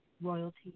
Royalty